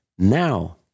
Now